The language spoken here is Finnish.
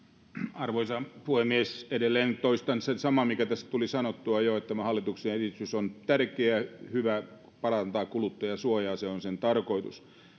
arvoisa puhemies edelleen toistan sen saman mikä tässä tuli sanottua jo että tämä hallituksen esitys on tärkeä ja hyvä ja parantaa kuluttajansuojaa se on sen tarkoitus